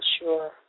sure